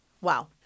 Wow